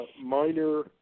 minor